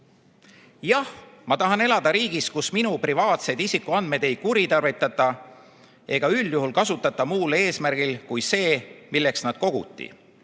Jah, ma tahan elada riigis, kus minu privaatseid isikuandmeid ei kuritarvitata ega üldjuhul kasutata muul eesmärgil kui see, milleks nad koguti: